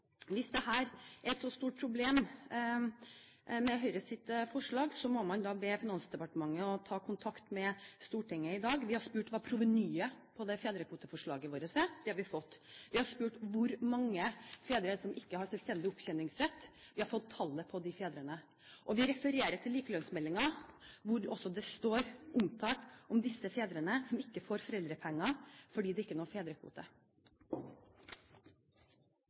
Hvis Høyres forslag er et så stort problem, må man be Finansdepartementet ta kontakt med Stortinget i dag. Vi har spurt om hva provenyet på fedrekvoteforslaget vårt er. Det har vi fått. Vi har spurt om hvor mange fedre det er som ikke har selvstendig opptjeningsrett. Vi har fått tallet på de fedrene. Vi refererer til likelønnsmeldingen, hvor disse fedrene står omtalt, som ikke får foreldrepenger fordi det ikke er noen fedrekvote.